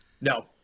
No